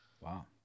Wow